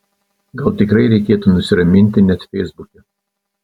gal tikrai reikėtų nusiraminti net feisbuke